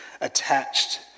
attached